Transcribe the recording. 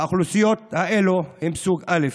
האוכלוסיות האלו הן סוג א',